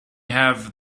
have